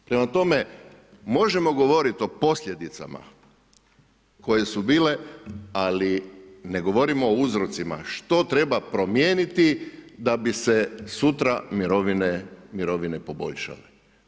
Prema tome, možemo govorit o posljedicama koje su bile, ali ne govorimo o uzrocima što treba promijeniti da bi se sutra mirovine poboljšale.